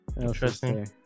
Interesting